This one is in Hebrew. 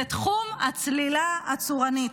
זה תחום הצלילה הצורנית.